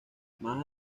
más